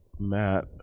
Matt